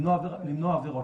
למנוע עבירות,